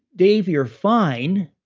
dave, you're fine.